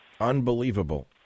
Unbelievable